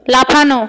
লাফানো